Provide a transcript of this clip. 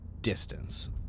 distance